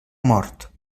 mort